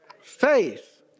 faith